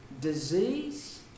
Disease